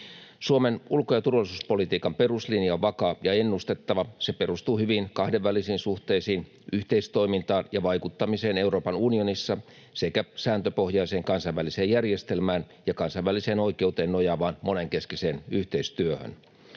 Suomen ulko- ja turvallisuuspolitiikan peruslinja on vakaa ja ennustettava. Se perustuu hyviin kahdenvälisiin suhteisiin, yhteistoimintaan ja vaikuttamiseen Euroopan unionissa sekä sääntöpohjaiseen kansainväliseen järjestelmään ja kansainväliseen oikeuteen nojaavaan monenkeskiseen yhteistyöhön.